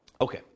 Okay